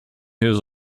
his